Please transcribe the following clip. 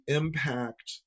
impact